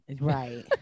Right